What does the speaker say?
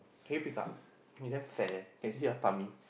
can you pick up you damn fat leh can see your tummy